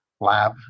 lab